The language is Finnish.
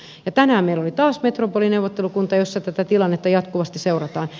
tänään meillä oli taas metropolineuvottelukunta jossa tätä tilannetta jatkuvasti seurataan